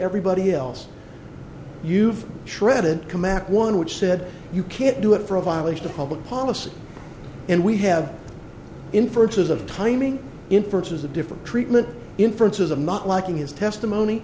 everybody else you've shredded combat one which said you can't do it for a violation of public policy and we have inferences of timing inferences of different treatment inferences of not liking his testimony